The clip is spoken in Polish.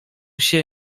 się